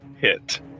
hit